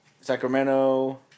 Sacramento